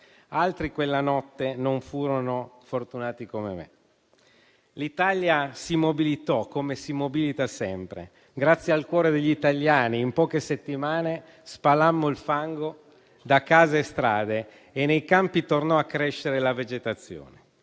Altri quella notte non furono fortunati come me. L'Italia si mobilitò, come si mobilita sempre. Grazie al cuore degli italiani, in poche settimane spalammo il fango da case e strade e nei campi tornò a crescere la vegetazione.